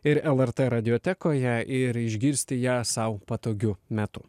ir lrt radiotekoje ir išgirsti ją sau patogiu metu